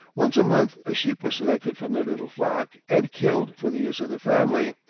once a month a sheep was selected from their little flock and killed for the use of the family,